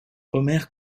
omer